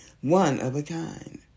one-of-a-kind